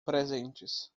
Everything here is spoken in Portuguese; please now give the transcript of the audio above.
presentes